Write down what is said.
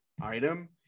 item